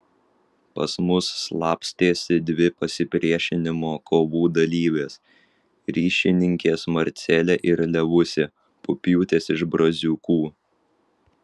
pas mus slapstėsi dvi pasipriešinimo kovų dalyvės ryšininkės marcelė ir levusė pupiūtės iš braziūkų